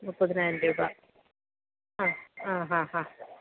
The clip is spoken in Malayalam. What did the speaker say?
മൂപ്പതിനായിരം രൂപ ആ ആ ഹാ ഹാ